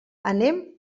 anem